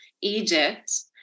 Egypt